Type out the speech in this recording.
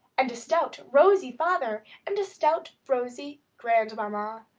and a stout, rosy father, and a stout, rosy grand-mamma,